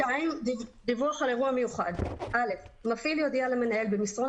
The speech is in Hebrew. דיווח על אירוע מיוחד מפעיל יודיע למנהל במסרון